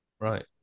Right